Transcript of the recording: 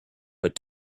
but